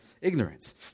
ignorance